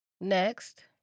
Next